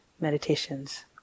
meditations